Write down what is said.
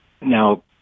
Now